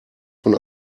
von